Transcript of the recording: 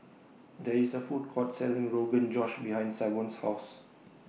There IS A Food Court Selling Rogan Josh behind Savon's House